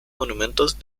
monumentos